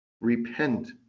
repent